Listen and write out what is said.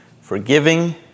forgiving